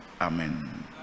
Amen